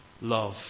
love